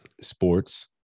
sports